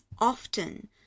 often